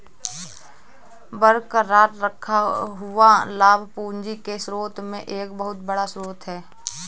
बरकरार रखा हुआ लाभ पूंजी के स्रोत में एक बहुत बड़ा स्रोत है